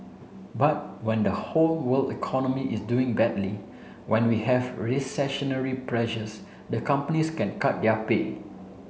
but when the whole world economy is doing badly when we have recessionary pressures the companies can cut their pay